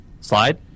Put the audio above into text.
slide